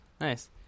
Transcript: Nice